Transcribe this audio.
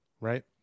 right